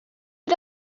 had